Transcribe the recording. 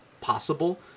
possible